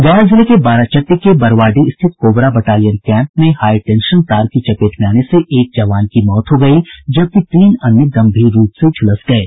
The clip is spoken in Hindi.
गया जिले के बाराचट्टी के बरवाडीह स्थित कोबरा बटालियन केंप में हाईटेंशन तार की चपेट में आने से एक जवान की मौत हो गयी जबकि तीन अन्य गम्भीर रूप से झुलस गये